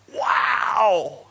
Wow